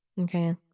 Okay